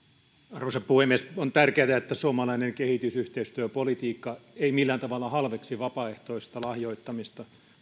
arvoisa puhemies on tärkeätä että suomalainen kehitysyhteistyöpolitiikka ei millään tavalla halveksi vapaaehtoista lahjoittamista